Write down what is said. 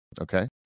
Okay